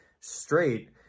straight